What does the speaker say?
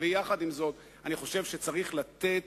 עם זאת, אני חושב שצריך לתת